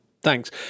Thanks